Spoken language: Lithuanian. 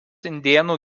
indėnų